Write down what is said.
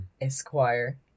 Esquire